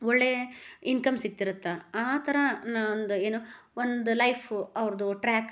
ಒಳ್ಳೆಯ ಇನ್ಕಮ್ ಸಿಗ್ತಿರುತ್ತೆ ಆ ಥರ ಒಂದು ಏನು ಒಂದು ಲೈಫು ಅವ್ರದ್ದು ಟ್ರ್ಯಾಕ್